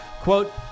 Quote